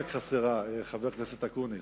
חבר הכנסת אקוניס,